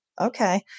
okay